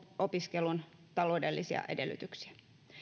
opiskelun taloudellisia edellytyksiä